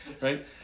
right